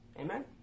Amen